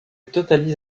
totalise